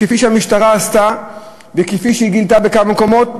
כפי שהמשטרה עשתה וכפי שהיא גילתה בכמה מקומות,